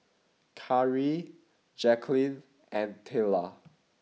Kari Jacquline and Tayla